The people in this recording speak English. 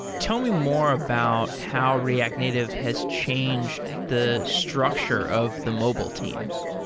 tell me more about how react native has changed the structure of the mobile teams